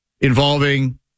involving